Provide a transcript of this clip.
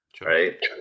Right